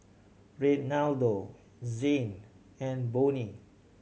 Renaldo Zhane and Bonny